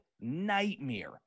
nightmare